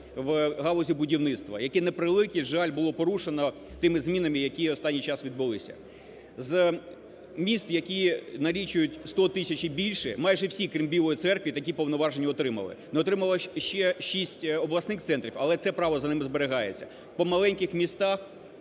в галузі будівництва, яке, на превеликий жаль, було порушено тими змінами, які останній час відбулися. З міст, які налічують 100 тисяч і більше, майже всі, крім Білої Церкви, такі повноваження отримали. Не отримали ще шість обласних центрів, але це право за ними зберігається. По маленьких містах